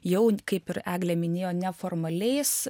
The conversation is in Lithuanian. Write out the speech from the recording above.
jau kaip ir eglė minėjo neformaliais